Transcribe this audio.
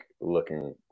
looking